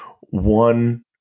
one